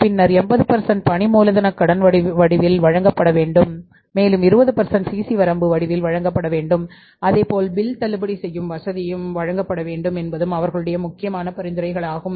பின்னர் 80 பணி மூலதன கடன் வடிவில் வழங்கப்பட வேண்டும் மேலும் 20 சிசி வரம்பு தள்ளுபடி வசதியும் வழங்கப்பட வேண்டும் என்பதும் அவர்களுடைய முக்கியமான பரிந்துரையாகும்